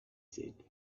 said